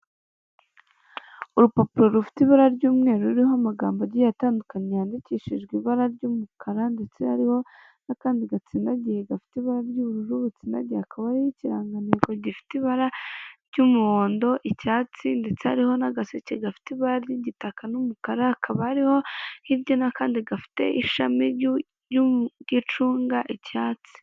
Urupapuro rufite ibara ry'umweru ruriho amagambo agiye atandukanye yandikishijwe ibara ry'umukara ndetse hariho n'akandi gatsindagiye gafite ibara ry'ubururu butsinda, hakaba ari ikiranganteko gifite ibara ry'umuhondo, icyatsi ndetse hariho n'agaseke gafite ibara ry'igitaka n'umukara hakaba hariho hirya n'akandi gafite ishami ry'igicunga ry'icyatsi.